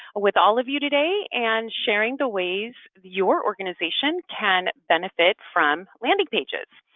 with all of you today and sharing the ways your organization can benefit from landing pages.